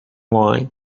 wine